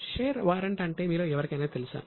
share warrant అంటే మీలో ఎవరికైనా తెలుసా